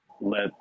let